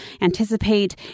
anticipate